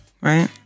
right